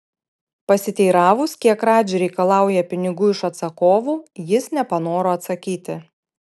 pasiteiravus kiek radži reikalauja pinigų iš atsakovų jis nepanoro atsakyti